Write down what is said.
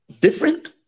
different